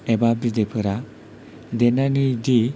एबा बिदैफोरा देरनानै दि